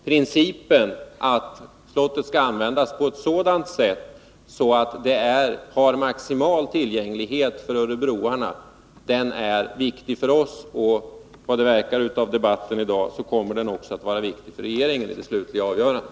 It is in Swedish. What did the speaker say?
Principen att slottet skall användas på ett sådant sätt att det erbjuder maximal tillgänglighet för örebroarna är viktig för oss, och som det verkat av debatten i dag kommer 169 den principen att vara viktig också för regeringen vid frågans slutliga avgörande.